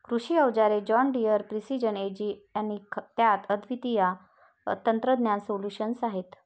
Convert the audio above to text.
कृषी अवजारे John Deere precision ag आणि त्यात अद्वितीय तंत्रज्ञान सोल्यूशन्स आहेत